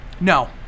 No